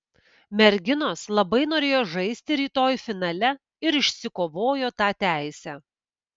merginos labai norėjo žaisti rytoj finale ir išsikovojo tą teisę